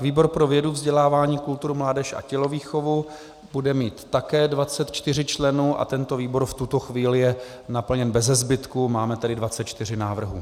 Výbor pro vědu, vzdělání, kulturu, mládež a tělovýchovu bude mít také 24 členů a tento výbor v tuto chvíli je naplněn beze zbytku, máme tedy 24 návrhů.